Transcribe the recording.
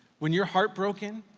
when you're heartbroken,